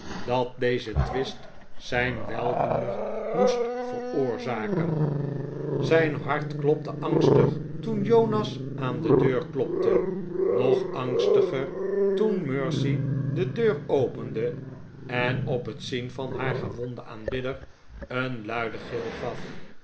dat deze twist zijn weldoener moest veroorzaken zijn hart klopte angstig toen jonas aan de deur klopte nog angstiger toen mercy de deur opende en op het zien van haar gewonden aanbidder een luiden gil gaf